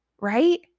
right